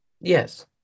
Yes